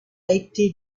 été